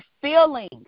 feelings